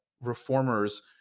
reformers